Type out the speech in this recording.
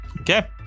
Okay